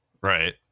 Right